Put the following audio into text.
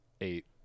eight